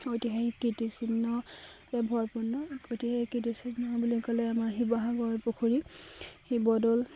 ঐতিহাসিক কীৰ্তিচিহ্নৰে ভৰপূৰ্ণ ঐতিহাসিক কীৰ্তিচিহ্ন বুলি ক'লে আমাৰ শিৱসাগৰ পুখুৰী শিৱদৌল